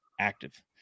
active